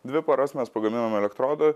dvi paras mes pagaminom elektrodą